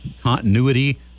continuity